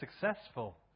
successful